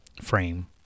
frame